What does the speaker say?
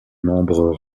membres